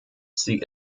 sie